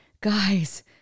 guys